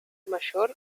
mayor